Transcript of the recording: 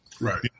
Right